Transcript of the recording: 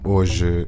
Hoje